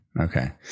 okay